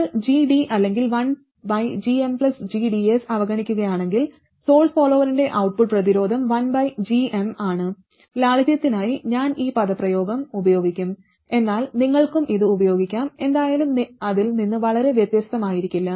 നിങ്ങൾ gd അല്ലെങ്കിൽ 1gmgds അവഗണിക്കുകയാണെങ്കിൽ സോഴ്സ് ഫോളോവറിന്റെ ഔട്ട്പുട്ട് പ്രതിരോധം 1gm ആണ് ലാളിത്യത്തിനായി ഞാൻ ഈ പദപ്രയോഗം ഉപയോഗിക്കും എന്നാൽ നിങ്ങൾക്കും ഇത് ഉപയോഗിക്കാം എന്തായാലും അതിൽ നിന്ന് വളരെ വ്യത്യസ്തമായിരിക്കില്ല